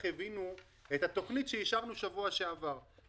הבינו את התוכנית שאישרנו בשבוע שעבר.